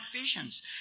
visions